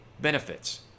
benefits